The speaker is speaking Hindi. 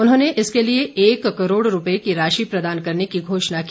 उन्होंने इसके लिए एक करोड़ रूपए की राशि प्रदान करने की घोषणा की